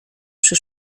przy